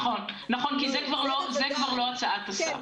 נכון, כי זו כבר לא הצעת השר.